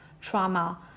trauma